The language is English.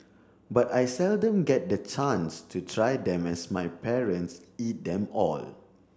but I seldom get the chance to try them as my parents eat them all